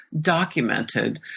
documented